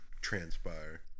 transpire